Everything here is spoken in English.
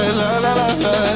la-la-la-la